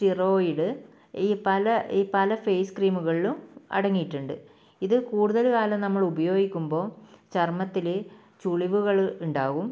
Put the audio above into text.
steroid ഈ പല ഈ പല ഫേസ് ക്രീമുകളിലും അടങ്ങിയിട്ടുണ്ട് ഇത് കൂടുതൽ കാലം നമ്മളുപയോഗിക്കുമ്പോൾ ചർമ്മത്തിൽ ചുളിവുകൾ ഉണ്ടാകും